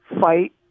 fight